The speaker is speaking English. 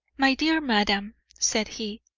my dear madam, said he,